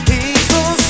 People